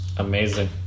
Amazing